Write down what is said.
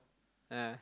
yeah